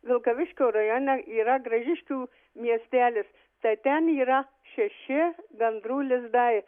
vilkaviškio rajone yra gražiškių miestelis tai ten yra šeši gandrų lizdai